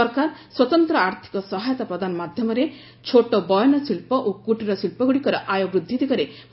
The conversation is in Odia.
ସରକାର ସ୍ୱତନ୍ତ୍ର ଆର୍ଥିକ ସହାୟତା ପ୍ରଦାନ ମାଧ୍ୟମରେ ଛୋଟ ବୟନଶିଳ୍ପ ଓ କୁଟୀର ଶିଳ୍ପଗୁଡ଼ିକର ଆୟ ବୃଦ୍ଧି ଦିଗରେ ପଦକ୍ଷେପ ନେଇଛନ୍ତି